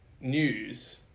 news